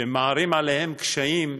שמערים עליהן קשיים,